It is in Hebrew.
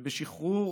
ובשחרור